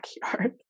backyard